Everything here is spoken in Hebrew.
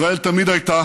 ישראל תמיד הייתה